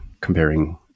comparing